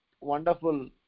wonderful